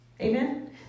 Amen